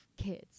kids